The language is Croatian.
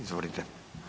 Izvolite.